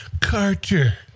Carter